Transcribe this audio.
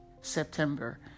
September